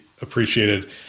appreciated